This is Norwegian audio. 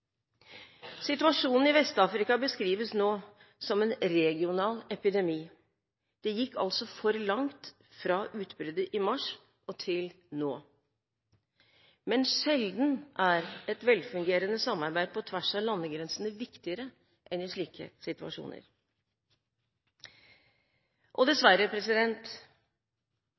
Situasjonen i Vest-Afrika beskrives nå som en regional epidemi. Det gikk for lang tid fra utbruddet i mars til nå. Sjelden er et velfungerende samarbeid på tvers av landegrensene viktigere enn i slike situasjoner. Dessverre viser ebolautbruddet i Vest-Afrika hvor svak og